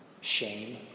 Shame